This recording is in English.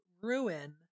ruin